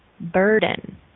burden